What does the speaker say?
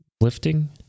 lifting